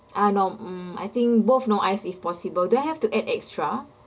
ah no mm I think both no ice if possible do I have to add extra